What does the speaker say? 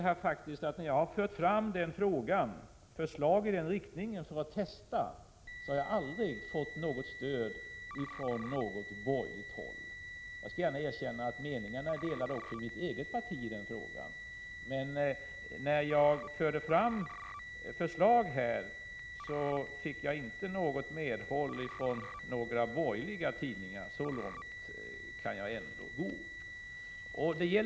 När jag fört fram förslag i den riktningen för att testa dem har jag aldrig fått något stöd från något borgerligt håll. Jag skall gärna erkänna att meningarna är delade i den frågan också i mitt eget parti, men när jag fört fram sådana förslag har jag inte fått något medhåll från några borgerliga tidningar — så långt kan jag ändå gå.